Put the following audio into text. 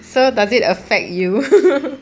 so does it affect you